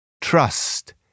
Trust